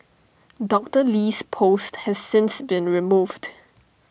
Doctor Lee's post has since been removed